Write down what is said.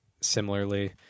similarly